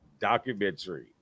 documentary